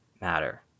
matter